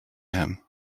him